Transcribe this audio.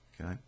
okay